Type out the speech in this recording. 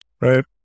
Right